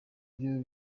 byo